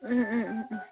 ꯎꯝ ꯎꯝ ꯎꯝ ꯎꯝ